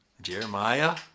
Jeremiah